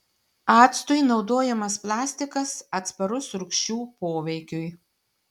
actui naudojamas plastikas atsparus rūgščių poveikiui